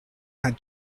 had